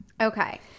Okay